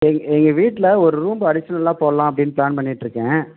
எங் எங்கள் வீட்டில ஒரு ரூமு அடிஷ்னலாக போடலாம் அப்படின்னு ப்ளான் பண்ணிகிட்டுருக்கேன்